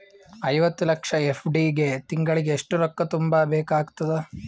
ಐವತ್ತು ಲಕ್ಷ ಎಫ್.ಡಿ ಗೆ ತಿಂಗಳಿಗೆ ಎಷ್ಟು ರೊಕ್ಕ ತುಂಬಾ ಬೇಕಾಗತದ?